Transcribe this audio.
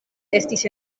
estis